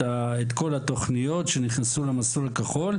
את כל התוכניות שנכנסו למסלול הכחול.